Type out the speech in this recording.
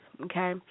okay